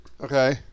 Okay